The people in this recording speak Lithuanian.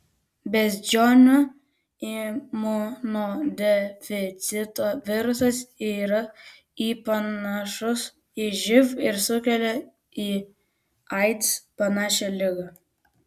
beždžionių imunodeficito virusas yra į panašus į živ ir sukelia į aids panašią ligą